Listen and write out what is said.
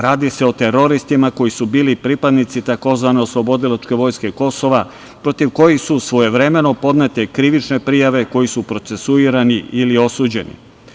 Radi se o teroristima koji su bili pripadnici tzv. Oslobodilačke vojske Kosova, protiv kojih su svojevremeno podnete krivične prijave, koji su procesuirani ili osuđeni.